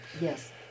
Yes